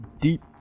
deep